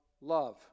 love